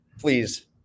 please